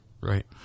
Right